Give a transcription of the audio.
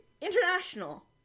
International